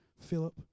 Philip